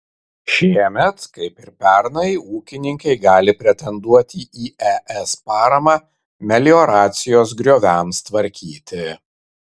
šiemet kaip ir pernai ūkininkai gali pretenduoti į es paramą melioracijos grioviams tvarkyti